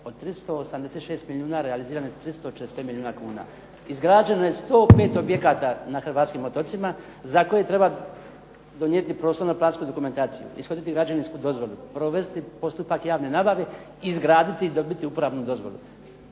od 386 milijuna realizirano je 345 milijuna kuna, izgrađeno je 105 objekata na hrvatskim otocima za koje treba donijeti prostorno-plansku dokumentaciju, ishoditi građevinsku dozvolu, provesti postupak javne nabave i izgraditi i dobiti upravnu dozvolu.